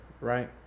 right